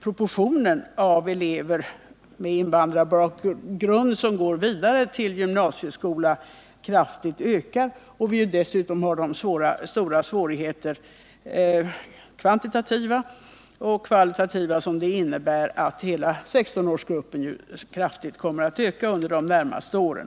proportionen elever med invandrarbakgrund som går vidare till gymnasieskolan kraftigt ökar f.n. Vi har dessutom stora kvantitativa och kvalitativa problem att vänta, eftersom hela 16-årsgruppen kommer att öka kraftigt under de närmaste åren.